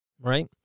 right